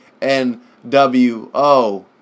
NWO